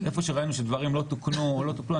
איפה שראינו שדברים לא תוקנו או לא טופלו,